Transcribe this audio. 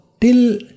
till